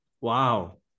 Wow